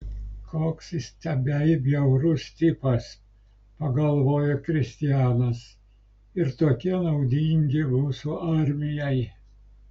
koks įstabiai bjaurus tipas pagalvojo kristianas ir tokie naudingi mūsų armijai